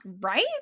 Right